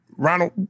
Ronald